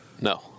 No